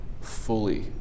fully